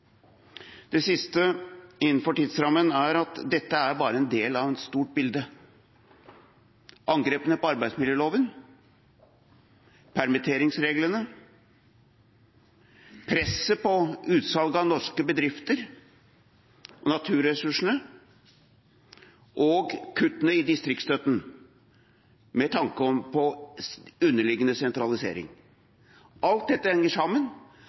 Det siste – innenfor tidsrammen – er at dette bare er en del av et stort bilde. Angrepene på arbeidsmiljøloven, permitteringsreglene, presset på utsalg av norske bedrifter og naturressursene og kuttene i distriktsstøtten med tanke på underliggende sentralisering – alt dette – henger sammen